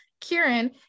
Kieran